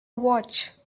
watch